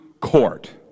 court